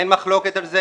אין מחלוקת על זה